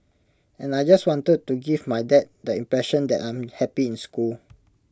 and I just wanted to give my dad the impression that I'm happy in school